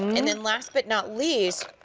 and and last but not least,